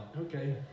okay